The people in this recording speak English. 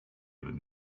than